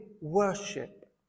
worship